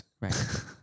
Right